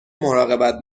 مراقبت